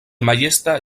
majesta